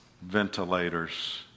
Ventilators